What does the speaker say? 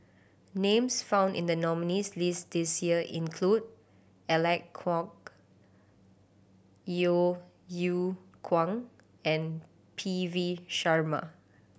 names found in the nominees' list this year include Alec Kuok Yeo Yeow Kwang and P V Sharma